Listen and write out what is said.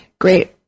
great